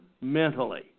mentally